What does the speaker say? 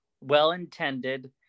well-intended